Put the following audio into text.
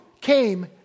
came